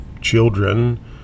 children